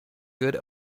good